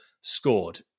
scored